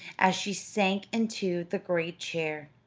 as she sank into the great chair.